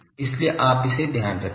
इसलिए आप इसे ध्यान में रखें